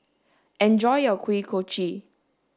enjoy your Kuih Kochi